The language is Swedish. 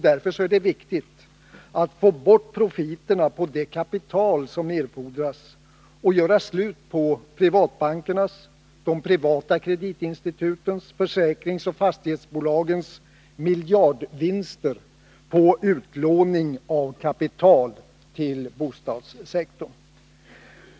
Därför är det viktigt att få bort profiterna på det kapital som erfordras och göra slut på privatbankernas, de privata kreditinstitutens, försäkringsoch fastighetsbolagens miljardvinster på utlåning av kapital till bostadssektorn.